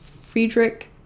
Friedrich